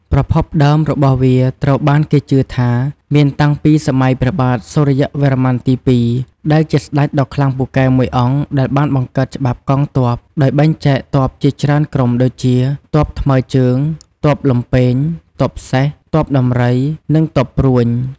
ប្រភពដើមរបស់វាត្រូវបានគេជឿថាមានតាំងពីសម័យព្រះបាទ សូរ្យវរ្ម័នទី២ ដែលជាស្ដេចដ៏ខ្លាំងពូកែមួយអង្គដែលបានបង្កើតច្បាប់កងទ័ពដោយបែងចែកទ័ពជាច្រើនក្រុមដូចជា ទ័ពថ្មើជើង ទ័ពលំពែង ទ័ពសេះ ទ័ពដំរី និងទ័ពព្រួញ។